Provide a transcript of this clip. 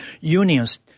unions